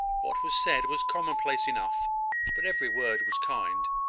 what was said was common-place enough but every word was kind.